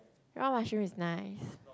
raw mushroom is nice